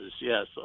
yes